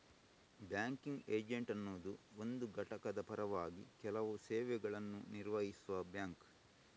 banking agent ಅನ್ನುದು ಒಂದು ಘಟಕದ ಪರವಾಗಿ ಕೆಲವು ಸೇವೆಗಳನ್ನ ನಿರ್ವಹಿಸುವ ಬ್ಯಾಂಕ್